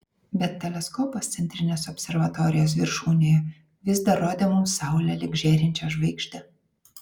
bet teleskopas centrinės observatorijos viršūnėje vis dar rodė mums saulę lyg žėrinčią žvaigždę